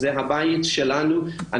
זה הבית שלנו.